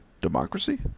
democracy